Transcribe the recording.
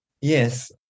Yes